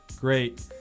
great